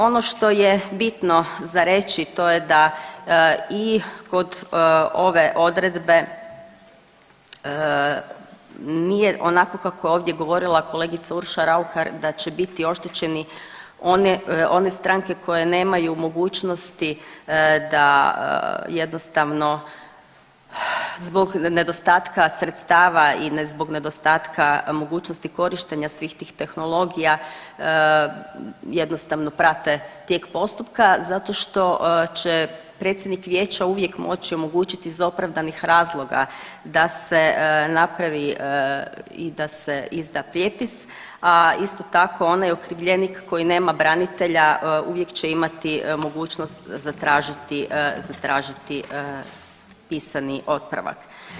Ono što je bitno za reći, to je da i kod ove odredbe nije onako kako je ovdje govorila kolegica Urša Raukar da će biti oštećeni oni, one stranke koje nemaju mogućnosti da jednostavno zbog nedostatka sredstva i zbog nedostatka mogućosti korištenja svih tih tehnologija jednostavno prate tijek postupka zato što će predsjednik vijeća uvijek moći omogućiti iz opravdanih razloga da se napravi i da se izda prijepis, a isto tako onaj okrivljenik koji nema branitelja uvijek će imati mogućnost zatražiti, zatražiti pisani otpravak.